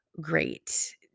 great